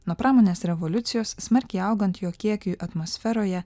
nuo pramonės revoliucijos smarkiai augant jo kiekiui atmosferoje